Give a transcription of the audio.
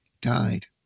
died